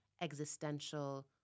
existential